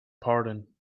pardon